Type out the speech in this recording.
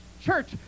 church